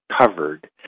covered